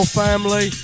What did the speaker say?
family